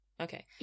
Okay